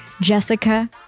Jessica